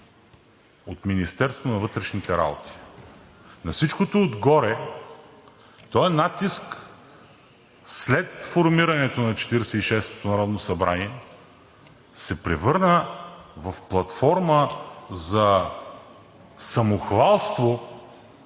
от Министерството на вътрешните работи. На всичко отгоре този натиск след формирането на 46-ото народно събрание се превърна в платформа за самохвалство